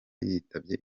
yitabye